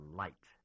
light